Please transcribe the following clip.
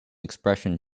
expression